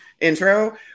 intro